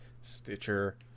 Stitcher